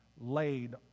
laid